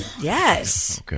Yes